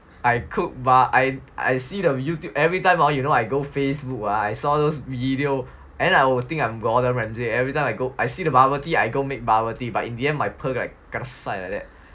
I cook I I see the Youtube every time hor you know I go Facebook ah I saw those video and I will think I'm gordon ramsay every time I go I see the bubble tea I go make bubble tea but in the end my pearl kanasai like that